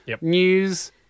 news